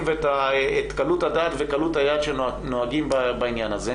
ואת קלות הדעת וקלות היד שנוהגים בעניין הזה,